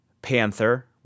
Panther